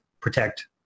protect